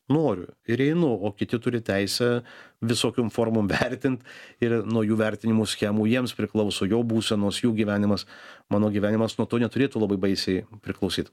noriu ir einu o kiti turi teisę visokiom formom vertint ir nuo jų vertinimų schemų jiems priklauso jo būsenos jų gyvenimas mano gyvenimas nuo to neturėtų labai baisiai priklausyt